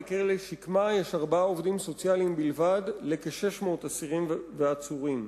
בכלא "שקמה" יש ארבעה עובדים סוציאליים בלבד לכ-600 אסירים ועצורים.